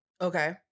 Okay